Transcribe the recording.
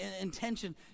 intention